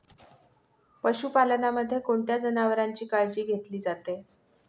पशुपालनामध्ये कोणत्या जनावरांची काळजी घेतली जाते?